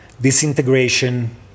disintegration